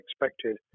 expected